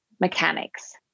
mechanics